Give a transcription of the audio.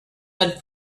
had